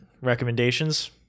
Recommendations